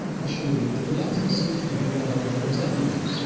gush emunim, that allows these youth to be the avant garde of zionism.